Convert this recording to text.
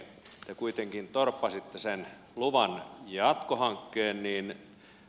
te kuitenkin torppasitte sen luvan jatkohankkeen